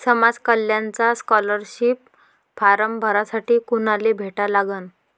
समाज कल्याणचा scholarship form भरासाठी कुनाले भेटा लागन?